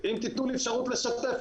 תנו לו להביע את דעתו.